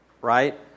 right